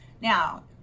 now